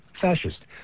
fascist